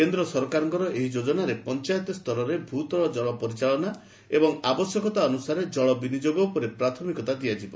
କେନ୍ଦ୍ର ସରକାରଙ୍କର ଏହି ଯୋଜନାରେ ପଞ୍ଚାୟତ ସ୍ତରରେ ଭୂତଳ ଜଳ ପରିଚାଳନା ଏବଂ ଆବଶ୍ୟକତା ଅନୁସାରେ ଜଳ ବିନିଯୋଗ ଉପରେ ପ୍ରାଥମିକତା ଦିଆଯିବ